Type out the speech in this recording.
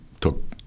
took